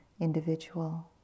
individual